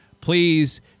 please